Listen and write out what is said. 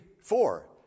four